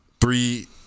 three